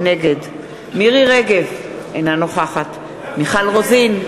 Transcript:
נגד מירי רגב, אינה נוכחת מיכל רוזין,